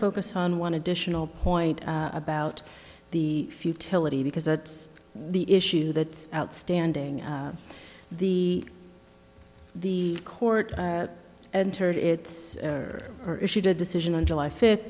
focus on one additional point about the futility because that's the issue that's outstanding the the court entered its or issued a decision on july fifth